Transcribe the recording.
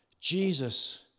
Jesus